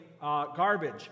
garbage